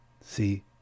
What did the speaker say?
see